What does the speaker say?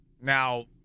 Now